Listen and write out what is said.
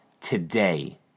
today